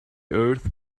earth